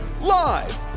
Live